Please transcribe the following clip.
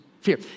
fear